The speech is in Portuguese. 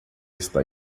está